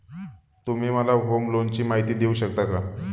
तुम्ही मला होम लोनची माहिती देऊ शकता का?